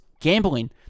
gambling